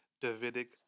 Davidic